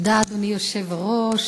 אדוני היושב-ראש,